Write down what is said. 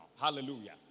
Hallelujah